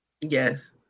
Yes